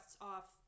off